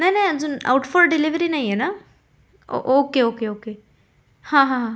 नाही नाही अजून आउट फॉर डिलेवरी नाही आहे ना ओके ओके ओके हां हां हां